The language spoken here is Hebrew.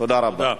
תודה רבה.